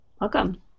Welcome